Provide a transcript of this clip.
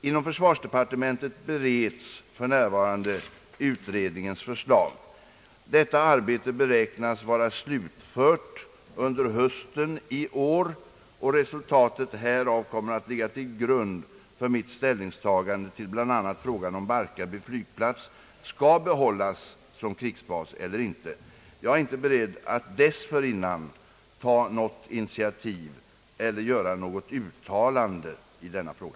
Inom försvarsdepartementet bereds f. n. utredningens förslag. Detta arbete beräknas vara slutfört under hösten 1969 och resultatet härav kommer att ligga till grund för mitt ställningstagande till bl.a. frågan, om Barkarby flygplats skall behållas som krigsbas eller inte. Jag är inte beredd att dessförinnan ta något initiativ eller göra något uttalande i denna fråga.